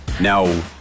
now